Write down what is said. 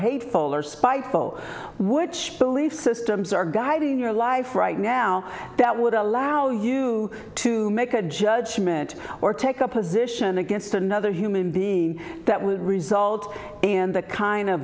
hateful or spiteful which belief systems are guiding your life right now that would allow you to make a judgment or take a position against another human being that would result in the kind of